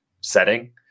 setting